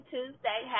Tuesday